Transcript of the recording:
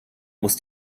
muss